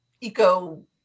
eco